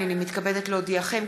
הנני מתכבדת להודיעכם,